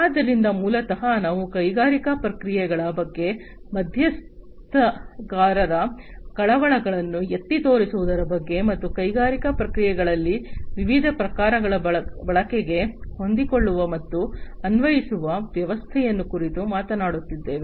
ಆದ್ದರಿಂದ ಮೂಲತಃ ನಾವು ಕೈಗಾರಿಕಾ ಪ್ರಕ್ರಿಯೆಗಳ ಬಗ್ಗೆ ಮಧ್ಯಸ್ಥಗಾರರ ಕಳವಳಗಳನ್ನು ಎತ್ತಿ ತೋರಿಸುವುದರ ಬಗ್ಗೆ ಮತ್ತು ಕೈಗಾರಿಕಾ ಪ್ರಕ್ರಿಯೆಗಳಲ್ಲಿ ವಿವಿಧ ಪ್ರಕಾರಗಳ ಬಳಕೆಗೆ ಹೊಂದಿಕೊಳ್ಳುವ ಮತ್ತು ಅನ್ವಯಿಸುವ ವ್ಯವಸ್ಥೆಯನ್ನು ಕುರಿತು ಮಾತನಾಡುತ್ತಿದ್ದೇವೆ